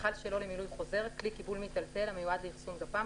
"מכל שלא למילוי חוזר" כלי קיבול מיטלטל המיועד לאחסון גפ"מ,